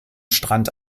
strand